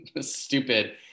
stupid